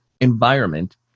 environment